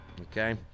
Okay